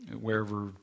wherever